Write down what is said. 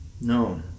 No